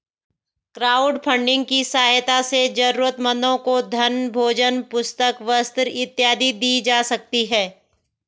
crowdfunding की सहायता से जरूरतमंदों को धन भोजन पुस्तक वस्त्र इत्यादि दी जा सकती है